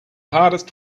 hardest